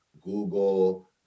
Google